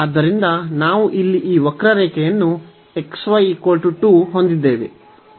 ಆದ್ದರಿಂದ ನಾವು ಇಲ್ಲಿ ಈ ವಕ್ರರೇಖೆಯನ್ನು xy 2 ಹೊಂದಿದ್ದೇವೆ ಮತ್ತು ನಂತರ ನಾವು ಇಲ್ಲಿ y ಅನ್ನು ಸಮನಾಗಿರುತ್ತದೆ